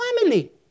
family